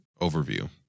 overview